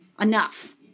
Enough